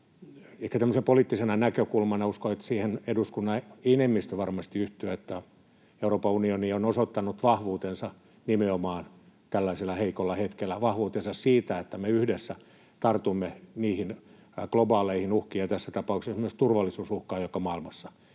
Ehkä tämmöisenä poliittisena näkökulmana — uskon, että siihen eduskunnan enemmistö varmasti yhtyy — että Euroopan unioni on osoittanut vahvuutensa nimenomaan tällaisella heikolla hetkellä: vahvuutensa siinä, että me yhdessä tartumme niihin globaaleihin uhkiin ja tässä tapauksessa myös turvallisuusuhkaan, joka maailmassa on